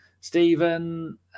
Stephen